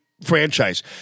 Franchise